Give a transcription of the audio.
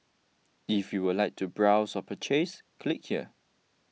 if you would like to browse or purchase click here